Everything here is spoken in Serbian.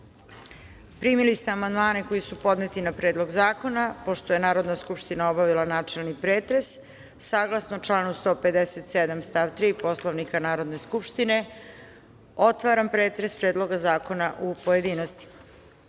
građana. Primili ste amandmane koji su podneti na Predlog zakona. Pošto je Narodna skupština obavila načeli pretres saglasno članu 157. stav 3. Poslovnika Narodne skupštine. Otvaram pretres Predloga zakona u pojedinostima. Na